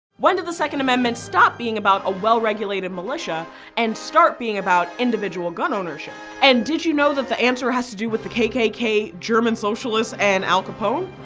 when did the second amendment stop being about a well regulated militia and start being about individual gun ownership? and did you know that the answer has to do with the kkk, german socialists, and al capone?